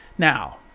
Now